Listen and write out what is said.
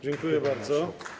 Dziękuję bardzo.